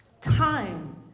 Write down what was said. Time